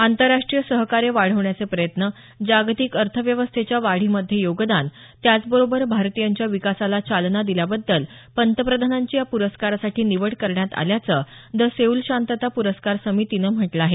आंतरराष्ट्रीय सहकार्य वाढवण्याचे प्रयत्न जागतिक अर्थ व्यवस्थेच्या वाढीमध्ये योगदान त्याचबरोबर भारतीयांच्या विकासाला चालना दिल्याबद्दल पंतप्रधानांची या प्रस्कारासाठी निवड करण्यात आल्याचं द सेऊल शांतता पुरस्कार समितीनं म्हटलं आहे